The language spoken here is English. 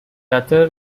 other